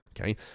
okay